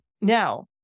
Now